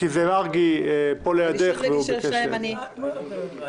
(אישורים רגולטוריים ועיצומים כספיים),